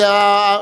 את,